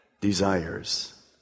desires